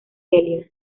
elliott